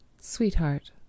Sweetheart